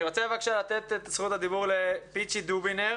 אני רוצה לתת את זכות הדיבור לפיצ'י דובינר,